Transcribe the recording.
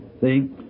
See